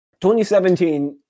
2017